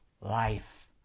life